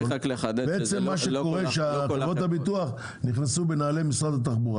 מה שקורה זה שחברות הביטוח נכנסו בנעלי משרד התחבורה